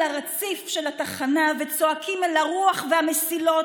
הרציף של התחנה וצועקים אל הרוח והמסילות,